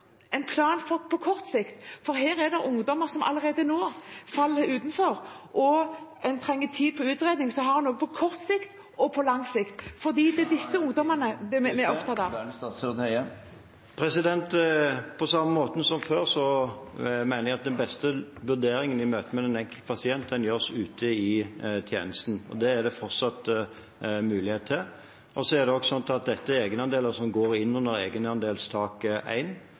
på kort sikt og lang sikt en plan? Det er ungdommer som allerede nå faller utenfor, og en trenger tid på utredning. Det er disse ungdommene vi er opptatt av. På samme måte som før mener jeg at den beste vurderingen i møte med den enkelte pasient kan gjøres ute i tjenesten. Det er det fortsatt mulighet til. Dette er egenandeler som går inn under egenandelstak 1. Veldig mange som får hjelp innen barne- og ungdomspsykiatrien, har f.eks. også legemiddelutgifter. Det betyr at